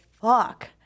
fuck